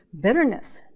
bitterness